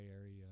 Area